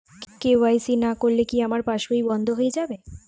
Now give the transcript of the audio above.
KYC না করলে কি আমার পাশ বই বন্ধ হয়ে যাবে?